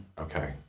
okay